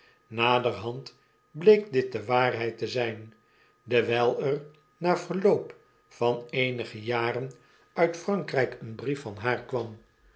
naderhand bleek dit de waarheid te zyn dewijl er na verloop van eenige jarenuit frankryk een brief van haar kwam